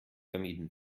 vermieden